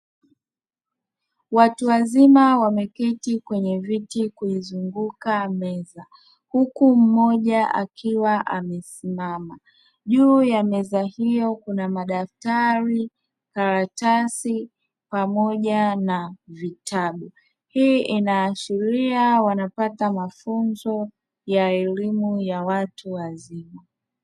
Watu wazima wameketi kwenye viti kuizunguka meza huku mmoja akiwa amesimama, juu ya meza hiyo kuna: madaftari, karatasi pamoja na vitabu. Hii inaashiria wanapata mafunzo ya elimu ya watu wazima.